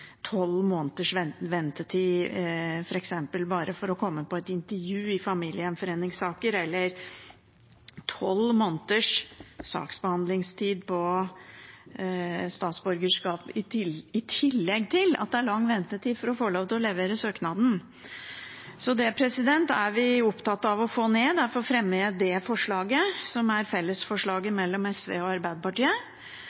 tolv måneders ventetid f.eks. bare for å komme på et intervju i familiegjenforeningssaker eller tolv måneders saksbehandlingstid på statsborgerskap – i tillegg til at det er lang ventetid for å få lov til å levere søknaden. Det er vi opptatt av å få ned. Derfor fremmer jeg det forslaget, som er